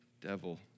devil